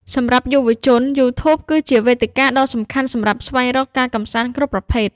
សម្រាប់យុវជន YouTube គឺជាវេទិកាដ៏សំខាន់សម្រាប់ស្វែងរកការកម្សាន្តគ្រប់ប្រភេទ។